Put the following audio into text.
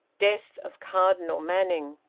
death of cardinal manning.